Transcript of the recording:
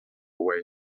away